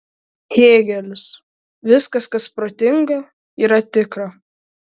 hėgelis viskas kas protinga yra tikra